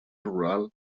rural